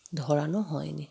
ধরানো হয়নি